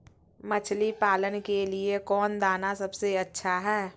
मछली पालन के लिए कौन दाना सबसे अच्छा है?